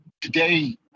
today